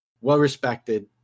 Well-respected